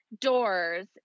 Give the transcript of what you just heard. doors